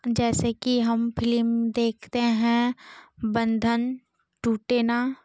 जैसे कि हम फिलिम देखते हैं बन्धन टूटे ना